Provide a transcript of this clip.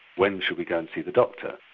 when should we go and see the doctor,